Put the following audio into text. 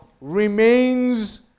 remains